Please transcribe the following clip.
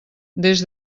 des